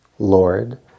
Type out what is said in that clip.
Lord